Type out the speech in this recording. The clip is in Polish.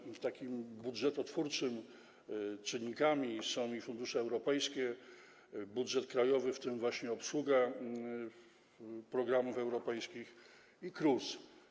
Chodzi o to, że budżetotwórczymi czynnikami są fundusze europejskie, budżet krajowy, w tym właśnie obsługa programów europejskich, i KRUS.